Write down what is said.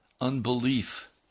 unbelief